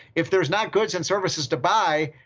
if there are not goods and services to buy,